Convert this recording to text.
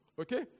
Okay